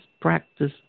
practice